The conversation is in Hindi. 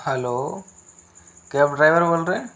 हलो कैब ड्राइवर बोल रहे